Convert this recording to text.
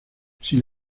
sin